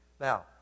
now